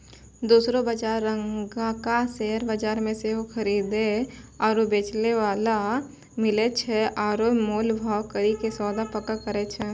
दोसरो बजारो रंगका शेयर बजार मे सेहो खरीदे आरु बेचै बाला मिलै छै आरु मोल भाव करि के सौदा पक्का करै छै